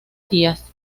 díaz